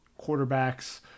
quarterbacks